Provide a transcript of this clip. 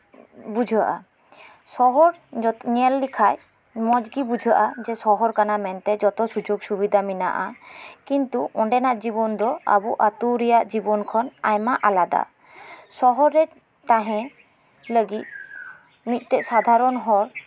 ᱵᱩᱡᱷᱟᱹᱜᱼᱟ ᱥᱚᱦᱚᱨᱡᱚ ᱧᱮᱞ ᱞᱮᱠᱷᱟᱡ ᱢᱚᱸᱡᱽ ᱜᱮ ᱵᱩᱡᱷᱟᱹᱜᱼᱟ ᱥᱚᱦᱚᱨ ᱠᱟᱱᱟ ᱢᱮᱱᱛᱮ ᱡᱚᱛᱚ ᱥᱩᱡᱳᱜᱽ ᱥᱩᱵᱤᱫᱟ ᱢᱮᱱᱟᱜᱼᱟᱠᱤᱱᱛᱩ ᱚᱸᱰᱮᱱᱟᱜ ᱡᱤᱵᱚᱱ ᱫᱚᱟᱵᱚ ᱟᱛᱩ ᱨᱮᱭᱟᱜ ᱡᱤᱵᱚᱱ ᱠᱷᱚᱱ ᱟᱭᱢᱟ ᱟᱞᱟᱫᱟ ᱥᱚᱦᱚᱨ ᱨᱮᱛᱟᱦᱮᱸ ᱞᱟᱜᱤᱜ ᱢᱤᱜᱴᱮᱱ ᱥᱟᱫᱷᱟᱨᱚᱱ ᱦᱚᱲ